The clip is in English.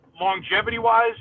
longevity-wise